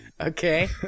Okay